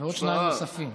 ועוד שניים נוספים.